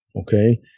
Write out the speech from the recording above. Okay